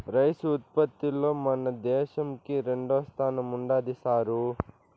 rice ఉత్పత్తిలో మన దేశంకి రెండోస్థానం ఉండాది సారూ